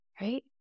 right